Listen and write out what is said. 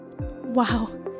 Wow